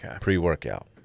pre-workout